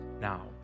now